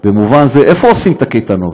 במובן זה: איפה עושים את הקייטנות?